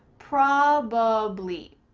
probably,